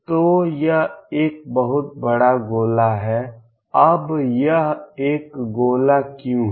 तो यह एक बहुत बड़ा गोला है अब यह एक गोला क्यों है